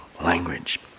language